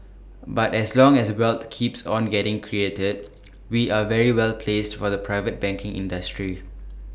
but as long as wealth keeps on getting created we are very well placed for the private banking industry